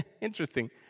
interesting